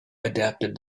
adapted